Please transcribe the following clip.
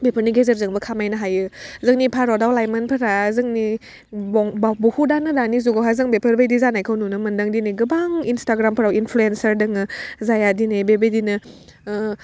बेफोरनि गेजेरजोंबो खामायनो हायो जोंनि भारतआव लाइमोनफोरा जोंनि बं बा बुहुतआनो दानि जुगावहाय जों बेफोरबायदि जानायखौ नुनो मोनदों दिनै गोबां इसन्टाग्रामफोराव इनफ्लुयेन्सार दोङो जायहा दिनै बेबायदिनो ओह